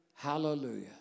Hallelujah